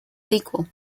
sequel